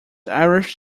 irish